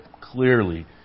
clearly